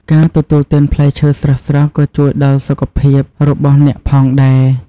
ការទទួលទានផ្លែឈើស្រស់ៗក៏ជួយដល់សុខភាពរបស់អ្នកផងដែរ។